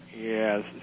yes